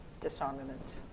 disarmament